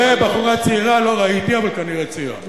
בחורה צעירה לא ראיתי אבל כנראה צעירה.